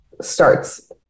starts